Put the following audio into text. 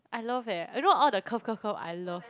I love eh you know all the curve curve curve I love